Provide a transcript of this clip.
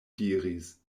diris